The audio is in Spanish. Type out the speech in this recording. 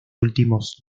últimos